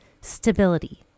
stability